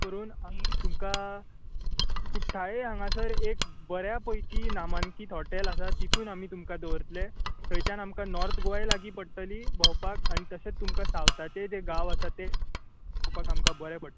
करून तुमका कुठ्ठाळे हांगासर एक बऱ्या पैकी नामांकीत हॉटेल आसा तितून आमी तुमकां दवरतले थंयच्यान आमकां नोर्थ गोवाय लागीं पडटली भोंवपाक आनी तशेंच तुमकां साव्थाचेय जे गांव आसात ते पोवपाक आमकां बरें पड